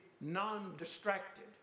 non-distracted